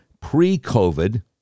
pre-COVID